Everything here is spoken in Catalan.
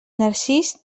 narcís